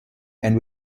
and